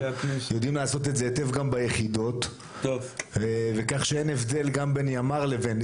יודעים לעשות את זה היטב גם ביחידות וכך שאין הבדל גם בין ימ"ר לבין,